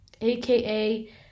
aka